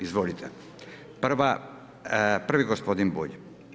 Izvolite, prvi gospodin Bulj.